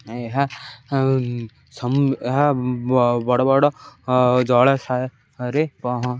ଏହା ଏହା ବଡ଼ ବଡ଼ ଜଳାଶୟରେ ପହଁ